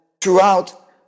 throughout